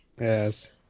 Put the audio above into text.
yes